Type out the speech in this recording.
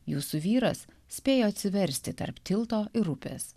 jūsų vyras spėjo atsiversti tarp tilto ir upės